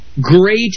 great